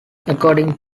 according